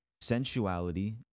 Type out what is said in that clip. sensuality